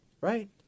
right